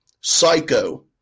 Psycho